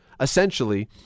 essentially